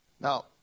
Now